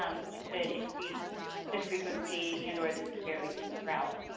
um which could increase the frequency and or the severity of drought.